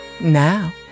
Now